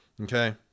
okay